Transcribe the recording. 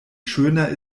schöner